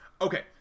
Okay